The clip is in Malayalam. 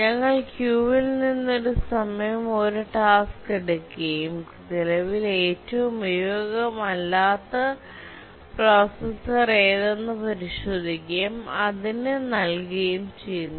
ഞങ്ങൾ ക്യൂവിൽ നിന്ന് ഒരു സമയം ഒരു ടാസ്ക് എടുക്കുകയും നിലവിൽ ഏറ്റവും ഉപയോഗയോഗ്യമല്ലാത്ത പ്രോസസ്സർ ഏതെന്ന് പരിശോധിക്കുകയും ഞങ്ങൾ അത് അതിന് നൽകുകയും ചെയ്യുന്നു